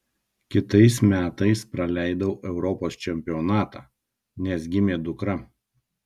kitais metais praleidau europos čempionatą nes gimė dukra